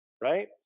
right